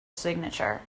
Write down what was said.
signature